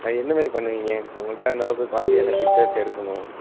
கை எந்த மாதிரி பண்ணுவீங்க உங்கள்கிட்ட அந்தளவுக்கு குவாலிட்டியான பிக்சர்ஸ் எடுக்கணும்